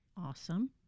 Awesome